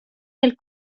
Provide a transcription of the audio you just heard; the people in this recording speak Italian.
nel